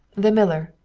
the miller!